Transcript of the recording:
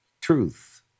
truth